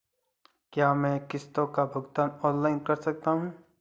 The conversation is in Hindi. क्या मैं किश्तों का भुगतान ऑनलाइन कर सकता हूँ?